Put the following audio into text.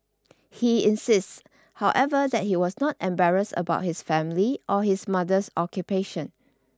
he insists however that he was not embarrassed about his family or his mother's occupation